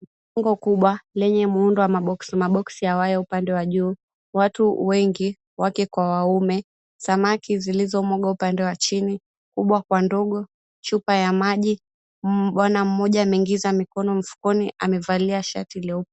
Jengo kubwa lenye muundo wa maboksi, maboksi ya waya upande wa juu, watu wengi wake kwa waumme. Samaki zilizomwogwa upande wa chini, kubwa kwa ndogo. Chupa ya maji, bwana mmoja ameingiza mkono mfukoni, amevalia shati nyeupe.